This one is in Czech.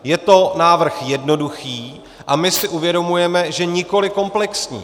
Je to návrh jednoduchý a my si uvědomujeme, že nikoli komplexní.